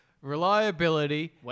reliability